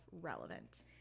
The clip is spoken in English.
relevant